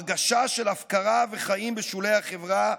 הרגשה של הפקרה וחיים בשולי החברה,